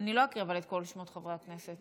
אני לא אקריא את שמות כל חברי הכנסת,